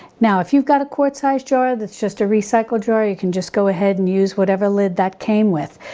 now, if you've got a quart size jar that's just a recycled jar you can just go ahead and use whatever lid that came with.